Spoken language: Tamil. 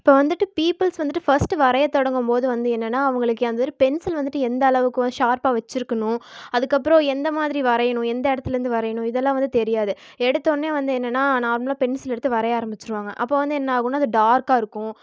இப்போ வந்துவிட்டு பீப்புள்ஸ் வந்துவிட்டு ஃபர்ஸ்ட் வரைய தொடங்கும்போது வந்து என்னென்னா அவங்களுக்கு அந்த மாரி பென்சில் வந்துவிட்டு எந்த அளவுக்கு வந் ஷார்ப்பாக வச்சுருக்குணும் அதுக்கப்புறம் எந்த மாதிரி வரையணும் எந்த இடத்துலேர்ந்து வரையணும் இதெல்லாம் வந்து தெரியாது எடுத்தோன்னே வந்து என்னென்னா நார்மலாக பென்சில் எடுத்து வரைய ஆரம்பிச்சிருவாங்க அப்போ வந்து என்ன ஆகுன்னா அது டார்க்காக இருக்கும்